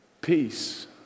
Peace